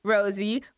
Rosie